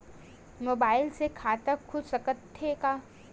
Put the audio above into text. Mobile से खाता खुल सकथे का?